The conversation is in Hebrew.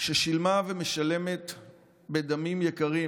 ששילמה ומשלמת בדמים יקרים